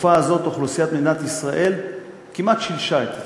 בתקופה הזאת אוכלוסיית מדינת ישראל כמעט שילשה את עצמה.